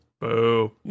Boo